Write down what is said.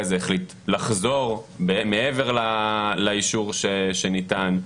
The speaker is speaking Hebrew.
זה החליט לחזור מעבר לאישור שניתן.